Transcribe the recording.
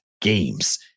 games